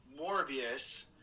morbius